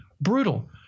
brutal